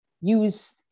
use